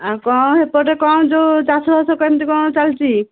ଆଉ କ'ଣ ହେପଟେ କ'ଣ ଯେଉଁ ଚାଷବାସ କେମିତି କ'ଣ ଚାଲଛି